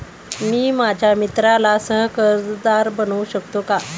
मी माझ्या मित्राला सह कर्जदार बनवू शकतो का?